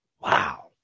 wow